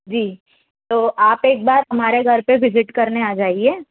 जी तो आप एक बार हमारे घर पर विज़िट करने आ जाइए